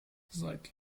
seid